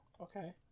okay